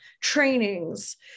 trainings